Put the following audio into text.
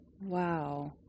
Wow